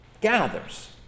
gathers